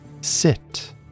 sit